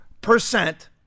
percent